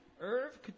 Irv